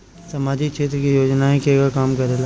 सामाजिक क्षेत्र की योजनाएं केगा काम करेले?